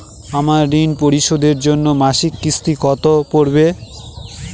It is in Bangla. আমার ঋণ পরিশোধের জন্য মাসিক কিস্তি কত পড়বে?